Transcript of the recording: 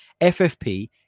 FFP